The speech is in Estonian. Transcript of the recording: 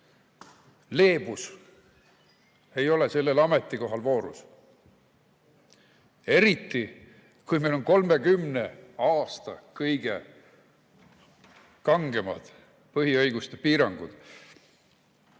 leebus ei ole sellel ametikohal voorus. Eriti, kui meil on 30 aasta kõige kangemad põhiõiguste piirangud.